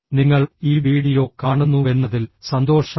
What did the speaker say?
നിങ്ങൾ ഈ വീഡിയോ കാണുന്നുവെന്നതിൽ സന്തോഷമുണ്ട്